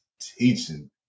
teaching